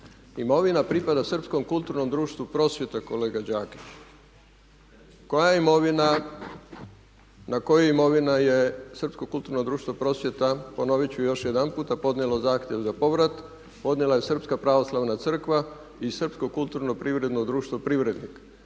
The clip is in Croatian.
Imovina pripada Srpskom kulturnom društvu "Prosvjeta" kolega Đakić. Koja imovina, na koju imovina je Srpsko kulturno društvo "Prosvjeta", ponovit ću još jedanputa podnijelo zahtjev za povrat, podnijela je Srpska pravoslavna crkva i Srpsko kulturno privredno društvo "Privrednik".